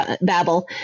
babble